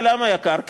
ולמה יקר?